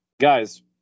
Guys